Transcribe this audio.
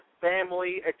family